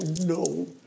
no